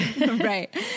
Right